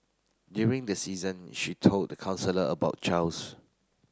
during the season she told the counsellor about Charles